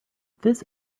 this